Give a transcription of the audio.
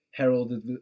heralded